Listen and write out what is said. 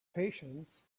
patience